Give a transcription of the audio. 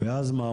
ואז מה?